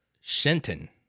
Shenton